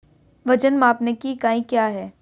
वजन मापने की इकाई क्या है?